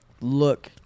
look